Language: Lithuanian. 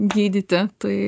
gydyti tai